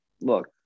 Look